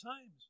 times